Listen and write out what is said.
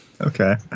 Okay